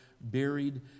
buried